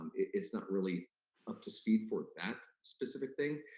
um it's not really up to speed for that specific thing.